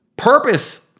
Purpose